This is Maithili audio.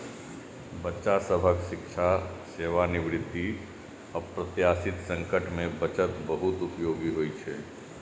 बच्चा सभक शिक्षा, सेवानिवृत्ति, अप्रत्याशित संकट मे बचत बहुत उपयोगी होइ छै